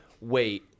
wait